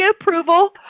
approval